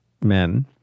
men